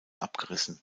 abgerissen